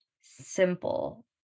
simple